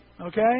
okay